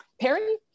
Perry